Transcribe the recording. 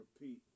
Repeat